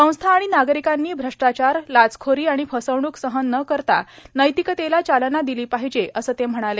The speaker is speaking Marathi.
संस्था आणि नागरिकांनी श्रष्टाचार लाचखोरी आणि फसवणूक सहन न करता नैतिकतेला चालना दिली पाहिजे असं ते म्हणाले